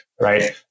Right